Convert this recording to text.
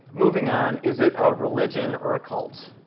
moving on. is it a religion or a cult?